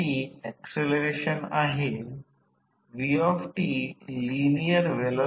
आता R c हे V1I c असेल जे V1I0 cos ∅ 0 असेल